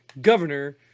Governor